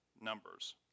numbers